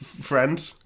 friend